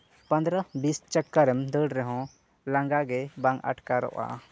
ᱯᱚᱸᱫᱽᱨᱚ ᱵᱤᱥ ᱪᱚᱠᱠᱚᱨᱮᱢ ᱫᱟᱹᱲ ᱨᱮᱦᱚᱸ ᱞᱟᱸᱜᱟ ᱜᱮ ᱵᱟᱝ ᱟᱴᱠᱟᱨᱚᱜᱼᱟ